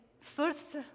first